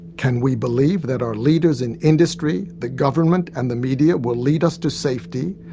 can we believe that our leaders in industry, the government and the media will lead us to safety,